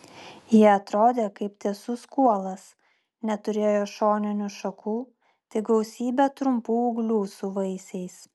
ji atrodė kaip tiesus kuolas neturėjo šoninių šakų tik gausybę trumpų ūglių su vaisiais